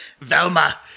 velma